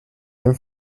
dem